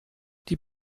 die